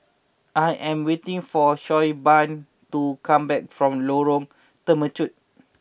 I am waiting for Siobhan to come back from Lorong Temechut